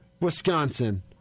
Wisconsin